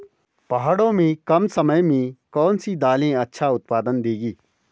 पहाड़ों में कम समय में कौन सी दालें अच्छा उत्पादन देंगी?